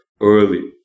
early